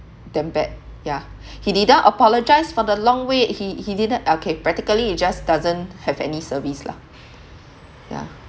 damn bad yeah he didn't apologise for the long wait he he didn't okay practically you just doesn't have any service lah yeah